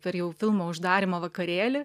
per jau filmo uždarymo vakarėlį